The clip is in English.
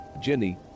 Jenny